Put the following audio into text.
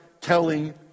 telling